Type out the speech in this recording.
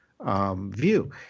view